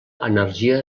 energia